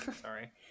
Sorry